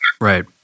Right